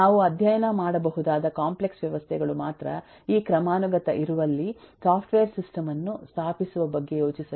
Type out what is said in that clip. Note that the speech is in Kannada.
ನಾವು ಅಧ್ಯಯನ ಮಾಡಬಹುದಾದ ಕಾಂಪ್ಲೆಕ್ಸ್ ವ್ಯವಸ್ಥೆಗಳು ಮಾತ್ರ ಈ ಕ್ರಮಾನುಗತ ಇರುವಲ್ಲಿ ಸಾಫ್ಟ್ವೇರ್ ಸಿಸ್ಟಮ್ ಅನ್ನು ಸ್ಥಾಪಿಸುವ ಬಗ್ಗೆ ಯೋಚಿಸಲು ಪ್ರಯತ್ನಿಸಿ